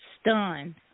Stunned